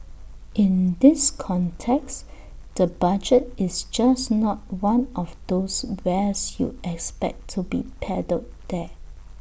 in this context the budget is just not one of those wares you expect to be peddled there